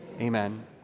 Amen